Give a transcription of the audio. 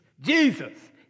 Jesus